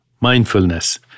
Mindfulness